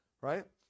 right